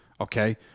okay